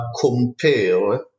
compare